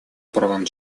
правам